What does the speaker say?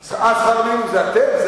אה, שכר המינימום זה אתם?